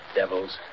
devils